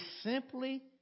simply